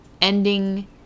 ending